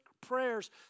prayers